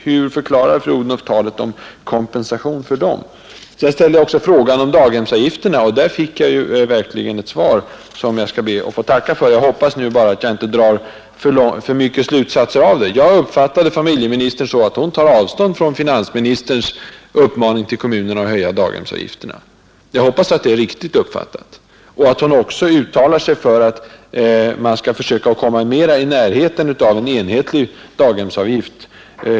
Hur förklarar fru Odhnoff talet om kompensation för dem? Jag ställde också frågan om daghemsavgifterna, och där fick jag verkligen ett svar som jag skall be att få tacka för. Jag hoppas nu bara att jag inte drar för långtgående slutsatser av det. Jag uppfattade familjeministern så, att hon tar avstånd från finansministerns uppmaning till kommunerna att höja daghemsavgifterna. Jag hoppas att det är riktigt uppfattat och att hon också uttalade sig för att man skall försöka komma mera i närheten av enhetliga daghemsavgifter.